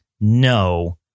No